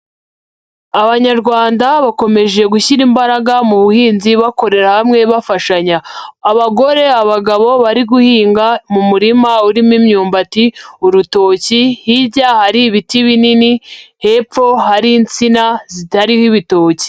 Abanyarwanda bakomeje gushyira imbaraga mu buhinzi bakorera hamwe bafashanya, abagore, abagabo bari guhinga mu murima urimo imyumbati, urutoki hirya hari ibiti binini hepfo hari insina zitariho ibitoki.